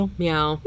meow